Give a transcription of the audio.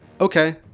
Okay